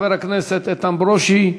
חבר הכנסת איתן ברושי.